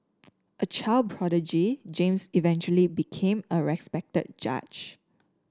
a child prodigy James eventually became a respected judge